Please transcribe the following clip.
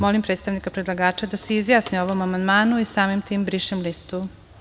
Molim predstavnika predlagača da se izjasni o ovom amandmanu i samim tim brišem listu.